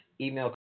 email